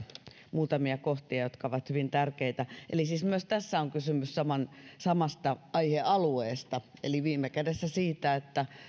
muutamia kohtia jotka ovat hyvin tärkeitä eli myös tässä on kysymys samasta aihealueesta eli viime kädessä siitä että